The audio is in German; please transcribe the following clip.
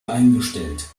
eingestellt